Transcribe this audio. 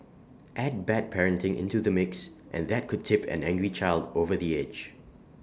add bad parenting into the mix and that could tip an angry child over the edge